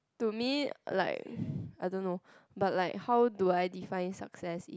to me like I don't know but like how do I define success is